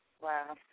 Wow